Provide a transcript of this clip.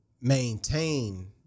maintain